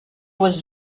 was